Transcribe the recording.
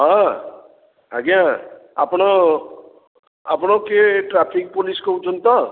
ହଁ ଆଜ୍ଞା ଆପଣ ଆପଣ କିଏ ଟ୍ରାଫିକ୍ ପୋଲିସ୍ କହୁଛନ୍ତି ତ